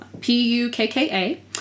p-u-k-k-a